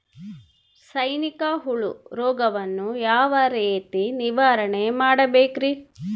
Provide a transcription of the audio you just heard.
ಸೈನಿಕ ಹುಳು ರೋಗವನ್ನು ಯಾವ ರೇತಿ ನಿರ್ವಹಣೆ ಮಾಡಬೇಕ್ರಿ?